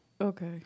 Okay